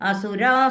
Asura